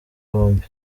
bombi